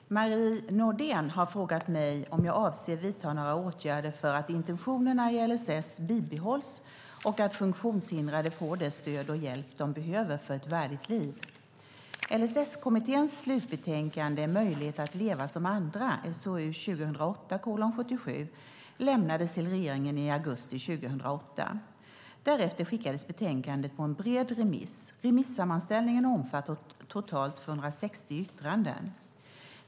Fru talman! Marie Nordén har frågat mig om jag avser att vidta några åtgärder för att intentionerna i LSS ska bibehållas och att funktionshindrade ska få det stöd och den hjälp de behöver för ett värdigt liv. LSS-kommitténs slutbetänkande Möjlighet att leva som andra , lämnades till regeringen i augusti 2008. Därefter skickades betänkandet på en bred remiss. Remissammanställningen omfattar totalt 260 yttranden.